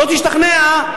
לא תשתכנע,